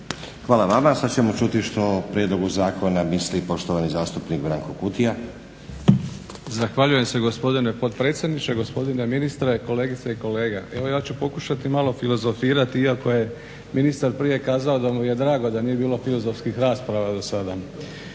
Hvala vama. Sada ćemo čuti što o prijedlogu zakona misli poštovani zastupnik Branko Kutija. **Kutija, Branko (HDZ)** Zahvaljujem se gospodine potpredsjedniče, gospodine ministre, kolegice i kolege. Evo ja ću pokušati malo filozofirati iako je ministar prije kazao da mu je bilo drago da nije bilo filozofskih rasprava do sada.